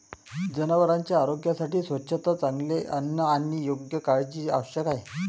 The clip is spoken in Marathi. जनावरांच्या आरोग्यासाठी स्वच्छता, चांगले अन्न आणि योग्य काळजी आवश्यक आहे